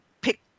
pick